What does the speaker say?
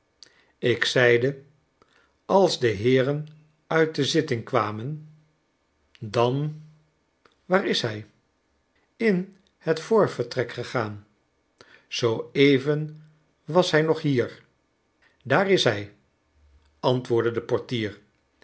ik zeide als de heeren uit de zitting kwamen dan waar is hij in het voorvertrek gegaan zooeven was hij nog hier daar is hij antwoordde de portier